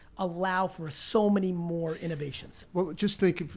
allow for so many more innovations. well, just think,